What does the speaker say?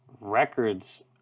records